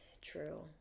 True